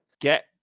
Get